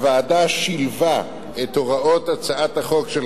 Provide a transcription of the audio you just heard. הוועדה שילבה את הוראות הצעת החוק של